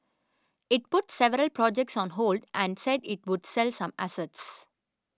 it put several projects on hold and said it would sell some assets